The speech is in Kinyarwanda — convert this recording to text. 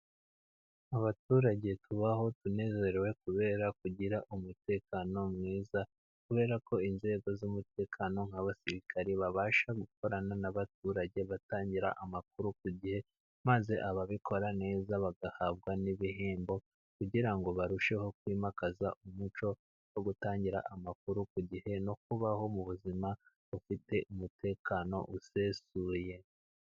Abaturage tubaho tunezerewe kubera kugira umutekano mwiza， kubera ko inzego z'umutekano nk'abasirikare， babasha gukorana n'abaturage batangira amakuru ku gihe，maze ababikora neza bagahabwa n'ibihembo， kugira ngo barusheho kwimakaza umuco wo gutangira amakuru ku gihe，no kubaho mu buzima bufite umutekano usesuye.